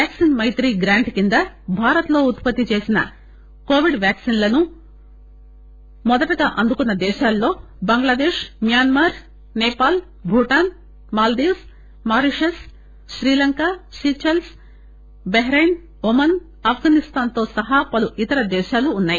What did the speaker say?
vaccine Maitri grant కింద భారత్ లో ఉత్పత్తి చేసిన కోవిడ్ వ్యాక్పిన్లను మొదటగా అందుకున్న దేశాల్లో ి Bangladesh Myanmar Nepal Bhutan Maldives Mauritius Sri Lanka Seychelles Bahrain Oman Afghanistan తో సహా పలు ఇతర దేశాలు ఉన్నాయి